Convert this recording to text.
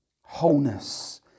wholeness